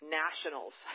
nationals